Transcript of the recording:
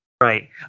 Right